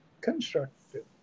constructive